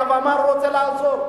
הרב עמאר רוצה לעזור.